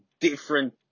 different